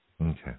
Okay